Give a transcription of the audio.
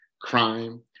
crime